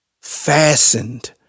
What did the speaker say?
fastened